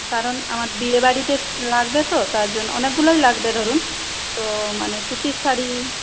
কারণ আমার বিয়েবাড়িতে লাগবে তো তার জন্য অনেকগুলোই লাগবে ধরুন তো মানে সুতির শাড়ি